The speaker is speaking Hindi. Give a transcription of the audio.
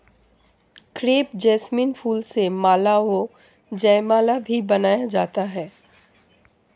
क्रेप जैसमिन फूल से माला व जयमाला भी बनाया जाता है